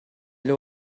эле